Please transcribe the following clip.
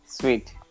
Sweet